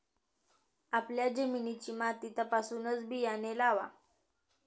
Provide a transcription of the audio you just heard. आपल्या जमिनीची माती तपासूनच बियाणे लावा